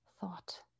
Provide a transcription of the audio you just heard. thought